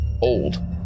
old